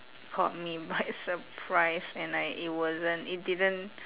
caught me by surprise and I it wasn't it didn't